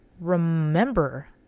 remember